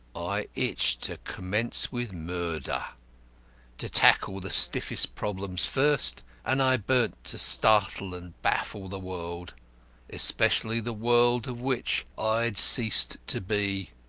i itched to commence with murder to tackle the stiffest problems first, and i burned to startle and baffle the world especially the world of which i had ceased to be.